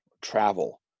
travel